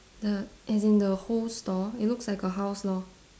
the as in the whole store it looks like a house lor